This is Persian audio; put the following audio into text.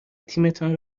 تیمتان